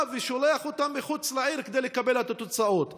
ושולח אותה מחוץ לעיר כדי לקבל את התוצאות.